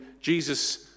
Jesus